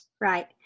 Right